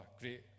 great